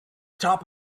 top